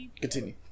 continue